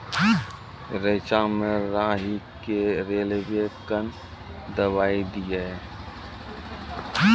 रेचा मे राही के रेलवे कन दवाई दीय?